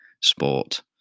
sport